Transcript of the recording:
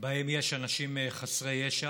שבהם יש אנשים חסרי ישע.